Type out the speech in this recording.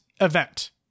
event